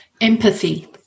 Empathy